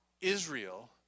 israel